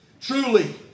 Truly